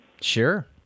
Sure